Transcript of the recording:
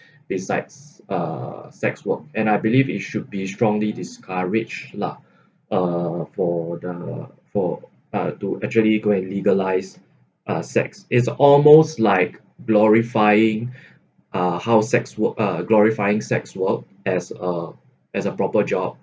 besides uh sex work and I believe it should be strongly discouraged lah uh for the for uh to actually go and legalise uh sex is almost like glorifying uh how sex work uh glorifying sex work as a as a proper job